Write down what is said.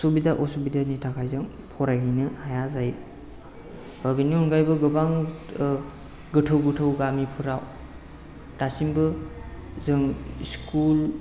सुबिदा उसुबिदानि थाखाय जों फरायहैनो हाया जायो बिनि आनगायैबो गोबां गोथौ गोथौ गामिफोराव दासिमबो जों स्कुल